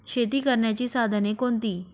शेती करण्याची साधने कोणती?